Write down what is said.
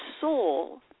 soul